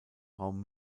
raum